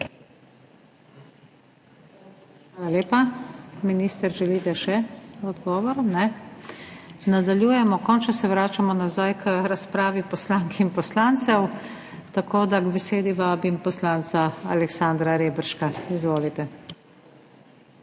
Hvala lepa. Minister, želite še odgovor? Ne. Nadaljujemo. Končno se vračamo nazaj k razpravi poslank in poslancev, tako da k besedi vabim poslanca Aleksandra Reberška. Izvolite.